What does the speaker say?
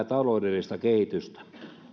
taloudellista kehitystä